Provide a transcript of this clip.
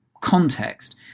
context